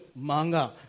manga